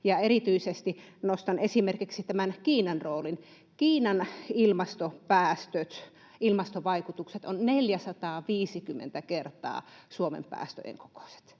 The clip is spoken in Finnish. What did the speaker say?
ja erityisesti nostan esimerkiksi Kiinan roolin. Kiinan ilmastopäästöt, ilmastovaikutukset, ovat 450 kertaa Suomen päästöjen kokoiset.